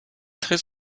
très